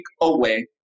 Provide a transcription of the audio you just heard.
away